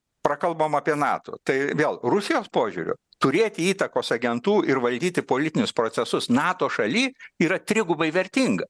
prakalbom apie nato tai vėl rusijos požiūriu turėti įtakos agentų ir valdyti politinius procesus nato šaly yra trigubai vertinga